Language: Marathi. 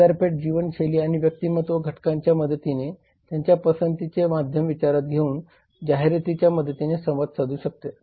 बाजारपेठ जीवनशैली आणि व्यक्तिमत्त्व घटकांच्या मदतीने त्यांच्या पसंतीचे माध्यम विचारात घेऊन जाहिरातीच्या मदतीने संवाद साधू शकते